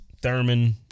Thurman